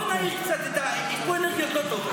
בואו נעיר קצת את --- יש פה אנרגיות לא טובות,